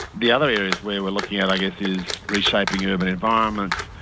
the other areas where we're looking at i guess is reshaping the urban environments,